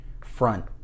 front